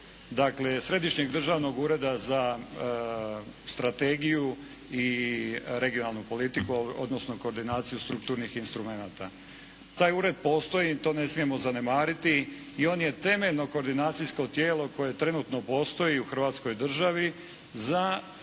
dakle Središnjeg državnog ureda za strategiju i regionalnu politiku odnosno koordinaciju strukturnih instrumenata. Taj ured postoji, to ne smijemo zanemariti i on je temeljno koordinacijsko tijelo koje trenutno postoji u Hrvatskoj državi za